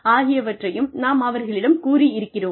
ஆகியவற்றையும் நாம் அவர்களிடம் கூறி இருக்கிறோம்